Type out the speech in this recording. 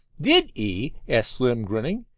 did e? asked slim, grinning.